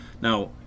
Now